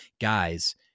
guys